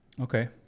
okay